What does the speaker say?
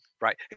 Right